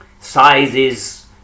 sizes